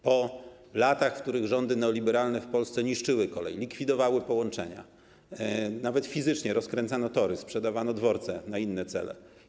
Po latach, w których rządy neoliberalne w Polsce niszczyły kolej, likwidowały połączenia, nawet fizycznie rozkręcano tory, sprzedawano dworce na inne cele.